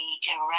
direct